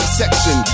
section